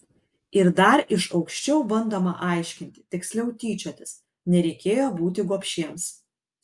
ir dar iš aukščiau bandoma aiškinti tiksliau tyčiotis nereikėjo būti gobšiems